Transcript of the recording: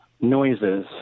noises